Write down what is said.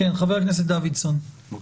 חבר הכנסת דוידסון, בבקשה.